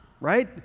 Right